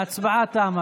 ההצבעה תמה.